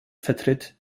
vertritt